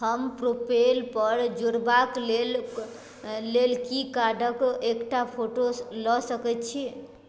हम प्रोपेल पर जुड़बाक लेल लेल की कार्डक एकटा फोटो लऽ सकैत छी